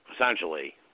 essentially